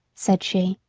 said she,